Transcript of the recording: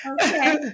Okay